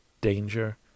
Danger